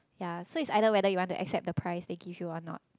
ya so it's either whether you want to accept the price they give you or not